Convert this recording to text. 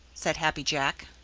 said happy jack.